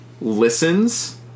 listens